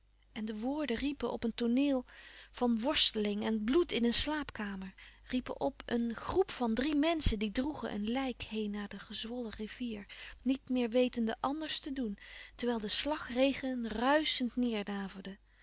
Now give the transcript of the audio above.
en de woorden riepen op een tooneel van worsteling en bloed in een slaapkamer riepen op een groep van louis couperus van oude menschen de dingen die voorbij gaan drie menschen die droegen een lijk heen naar de gezwollen rivier niet meer wetende ànders te doen terwijl de slagregen ruischend neêrdaverde